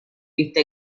vista